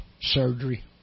surgery